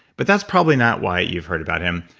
but that's probably not why you've heard about him.